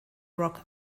rock